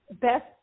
best